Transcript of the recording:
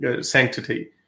sanctity